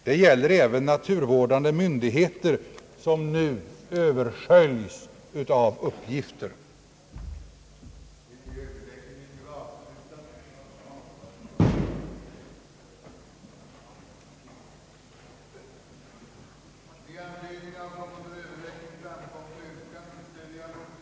Detta gäller även naturvårdande myndigheter, som nu översköljes av uppgifter. i FN borde verka för inrättande av en internationell dokumentationscentral för miljövård; samt att riksdagen i skrivelse till Kungl. Maj:t måtte anhålla, att förslag snarast måtte föreläggas riksdagen om inrättande av en svensk dokumentationscentral för miljövårdsforskning.